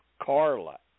Carla